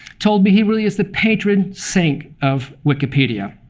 told me he really is the patron saint of wikipedia.